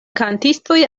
kantistoj